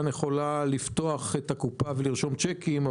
לא יכולה לפתוח את הקופה ולרשום צ'קים,